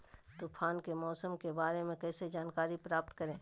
तूफान के मौसम के बारे में कैसे जानकारी प्राप्त करें?